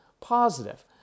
positive